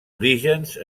orígens